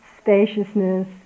spaciousness